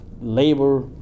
labor